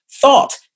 thought